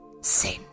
sin